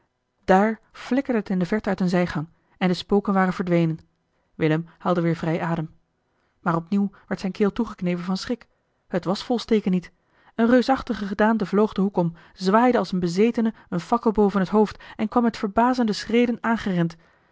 daar flikkerde het in de verte uit eene zijgang en de spoken waren verdwenen willem haalde weer vrij adem maar opnieuw werd zijne keel toegeknepen van schrik het was volsteke niet eene reusachtige gedaante vloog den hoek om zwaaide als een bezetene eene fakkel boven het hoofd en kwam met verbazende schreden aangerend